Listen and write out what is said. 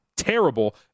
Terrible